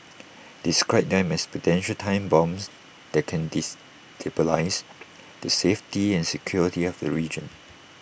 described them as potential time bombs that can destabilise the safety and security of the region